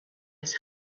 his